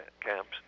camps